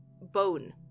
bone